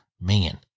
man